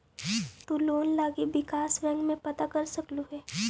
तु लोन लागी विकास बैंक में पता कर सकलहुं हे